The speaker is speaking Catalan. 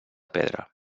pedra